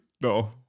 No